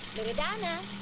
loredana?